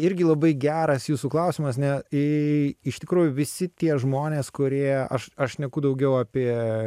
irgi labai geras jūsų klausimas ne į iš tikrųjų visi tie žmonės kurie aš aš šneku daugiau apie